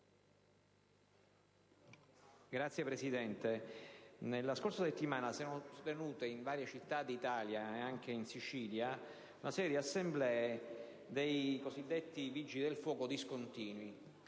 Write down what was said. Signora Presidente, nella scorsa settimana si sono tenute in varie città d'Italia, e anche in Sicilia, una serie di assemblee dei cosiddetti Vigili del fuoco discontinui.